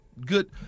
good